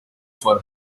for